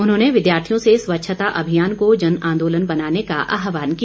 उन्होंने विद्यार्थियों से स्वच्छता अभियान को जनआंदोलन बनाने का आहवान किया